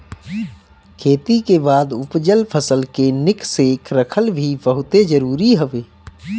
खेती के बाद उपजल फसल के निक से रखल भी बहुते जरुरी हवे